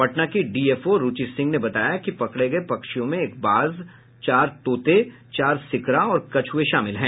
पटना की डीएफओ रूची सिंह ने बताया कि पकड़े गये पक्षियों में एक बाज चार तोतें चार सिकरा और कछुएं शामिल हैं